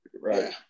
Right